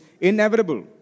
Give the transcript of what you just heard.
inevitable